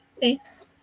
thanks